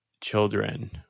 children